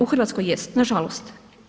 U Hrvatskoj jest, nažalost.